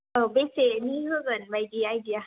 औ बेसेनि होगोन बायदि आयदिया